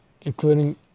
Including